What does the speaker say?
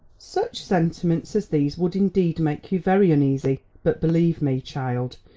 such sentiments as these would indeed make you very uneasy but believe me, child,